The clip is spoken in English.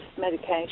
medication